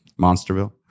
Monsterville